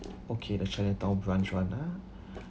okay the chinatown branch one ah